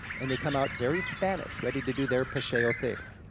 and they come out very spanish, ready to do their paseo thing.